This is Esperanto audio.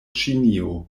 ĉinio